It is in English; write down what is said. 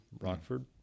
Rockford